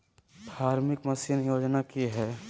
Farming machine योजना कि हैय?